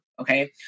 okay